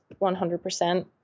100%